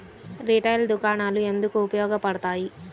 Retail దుకాణాలు ఎందుకు ఉపయోగ పడతాయి?